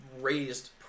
raised